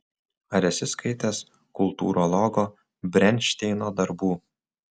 ar esi skaitęs kultūrologo brenšteino darbų